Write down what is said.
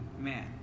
man